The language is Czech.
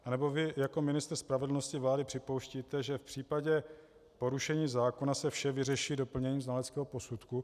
Anebo vy jako ministr spravedlnosti připouštíte, že v případě porušení zákona se vše vyřeší doplněním znaleckého posudku?